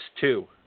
two